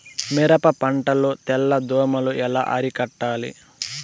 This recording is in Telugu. మిరప పంట లో తెల్ల దోమలు ఎలా అరికట్టాలి?